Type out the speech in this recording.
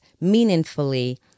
meaningfully